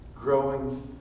growing